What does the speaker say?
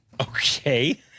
okay